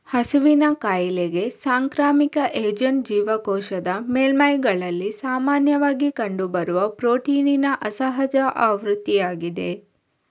ಹಸುವಿನ ಕಾಯಿಲೆಗೆ ಸಾಂಕ್ರಾಮಿಕ ಏಜೆಂಟ್ ಜೀವಕೋಶದ ಮೇಲ್ಮೈಗಳಲ್ಲಿ ಸಾಮಾನ್ಯವಾಗಿ ಕಂಡುಬರುವ ಪ್ರೋಟೀನಿನ ಅಸಹಜ ಆವೃತ್ತಿಯಾಗಿದೆ